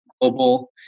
global